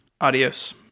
adios